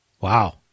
Wow